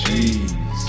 Jeez